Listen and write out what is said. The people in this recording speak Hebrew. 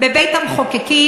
בבקשה לסיים,